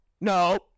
no